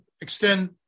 extend